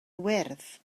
wyrdd